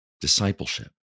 discipleship